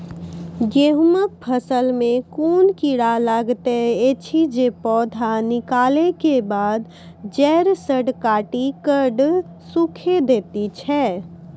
गेहूँमक फसल मे कून कीड़ा लागतै ऐछि जे पौधा निकलै केबाद जैर सऽ काटि कऽ सूखे दैति छै?